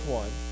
one